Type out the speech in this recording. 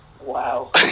Wow